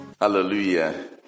Hallelujah